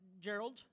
Gerald